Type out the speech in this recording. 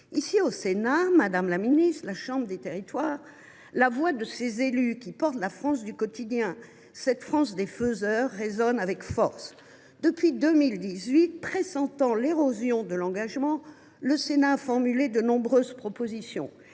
maire démissionne. Au Sénat, chambre des territoires, la voix de ces élus qui incarnent la France du quotidien, cette France des faiseurs, résonne avec force. Depuis 2018, pressentant l’érosion de l’engagement, le Sénat a formulé de nombreuses propositions.